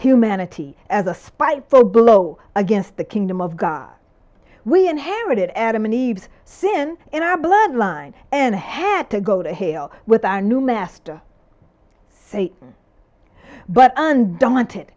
humanity as a spiteful blow against the kingdom of god we inherited adam and eve's sin in our blood line and had to go to hell with our new master say but under daunt